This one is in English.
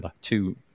two